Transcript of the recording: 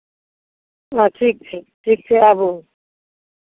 हँ ठीक छै ठीक छै आबू